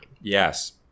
Yes